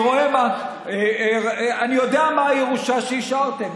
תראה, אני יודע מה הירושה שהשארתם.